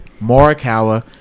Morikawa